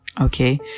okay